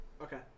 okay